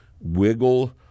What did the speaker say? wiggle